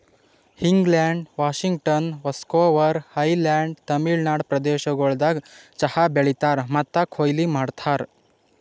England, Washington, Vancouver Island, Tamil Nadu ಪ್ರದೇಶಗೊಳ್ದಾಗ್ ಚಹಾ ಬೆಳೀತಾರ್ ಮತ್ತ ಕೊಯ್ಲಿ ಮಾಡ್ತಾರ್